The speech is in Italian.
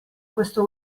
questo